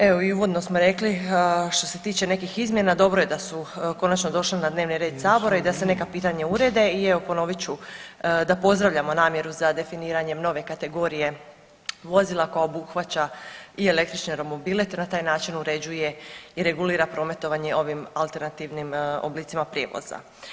Evo i uvodno smo rekli što se tiče nekih izmjena, dobro je da su konačno došli na dnevni red sabora i da se neka pitanja urede i evo ponovit ću da pozdravljamo namjeru za definiranjem nove kategorije vozila koje obuhvaća i električne romobile te na taj način uređuje i regulira prometovanje ovim alternativnim oblicima prijevoza.